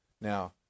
now